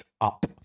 up